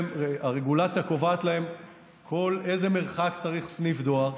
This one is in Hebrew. הרגולציה קובעת באיזה מרחק צריך סניף דואר,